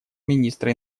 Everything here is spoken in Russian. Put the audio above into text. министра